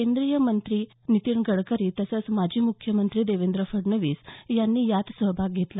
केंद्रीय मंत्री नितीन गडकरी तसंच माजी मुख्यमंत्री देवेंद्र फडणवीस यांनी यात सहभाग घेतला